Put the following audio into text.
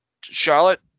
Charlotte